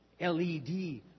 LED